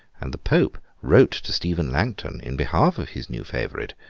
and the pope wrote to stephen langton in behalf of his new favourite,